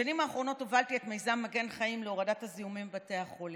בשנים האחרונות הובלתי את מיזם מגן חיים להורדת הזיהומים בבתי החולים.